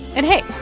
and hey,